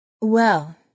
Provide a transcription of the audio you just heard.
Well